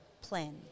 plan